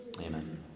Amen